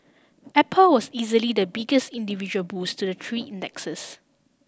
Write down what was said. apple was easily the biggest individual boost to the three indexes